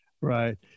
Right